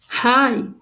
Hi